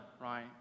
Right